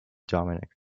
dominic